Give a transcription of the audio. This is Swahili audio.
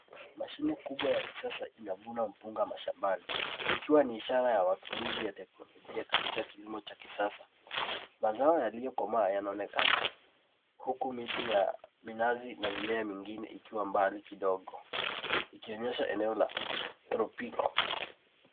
Mashine kubwa ya kisasa inavuna mpunga shambani, ikiwa ni ishara ya matumizi ya teknolojia katika kilimo cha kisasa. Mazao yaliyokomaa yanaonekana huku miti ya minazi na mimea mingine ikiwa mbali kidogo, ikionyesha eneo la tropical .